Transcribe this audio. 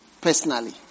personally